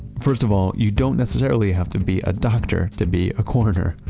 first of all, you don't necessarily have to be a doctor to be a coroner.